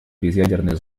безъядерной